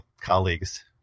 colleagues